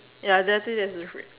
ya exactly that's the difference